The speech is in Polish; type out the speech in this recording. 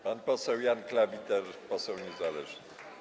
Pan poseł Jan Klawiter, poseł niezależny.